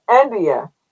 India